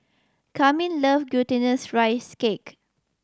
Carmine love Glutinous Rice Cake